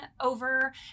over